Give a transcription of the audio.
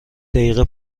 دقیقه